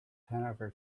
hanover